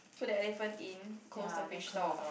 put the elephant in close the fridge door